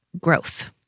growth